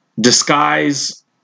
disguise